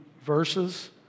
verses